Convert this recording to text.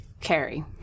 Carrie